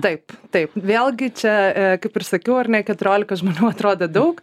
taip taip vėlgi čia kaip ir sakiau ar ne keturiolika žmonių atrodė daug